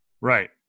right